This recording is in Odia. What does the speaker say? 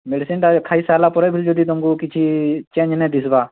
ମେଡ଼ିସିନଟା ଖାଇ ସାରଲା ପରେ ଯଦି ତୁମକୁ କିଛି ଚେଞ୍ ନାଇଁ ଦିଶିବା